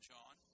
John